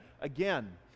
again